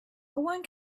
one